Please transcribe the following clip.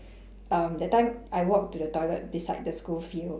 um that time I walk to the toilet beside the school field